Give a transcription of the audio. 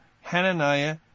Hananiah